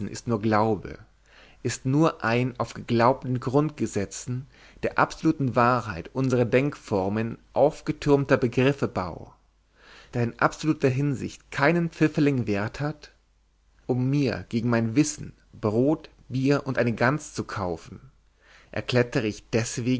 ist nur glaube ist nur ein auf geglaubten grundgesetzen der absoluten wahrheit unserer denkformen aufgetürmter begriffebau der in absoluter hinsicht keinen pfifferling wert hat um mir gegen mein wissen brot bier und eine gans zu kaufen erklettere ich